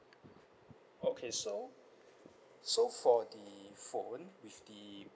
okay so so for the phone with the